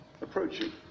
approaching